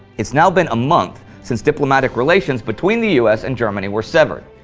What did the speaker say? it's now been a month since diplomatic relations between the us and germany were severed.